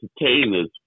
entertainers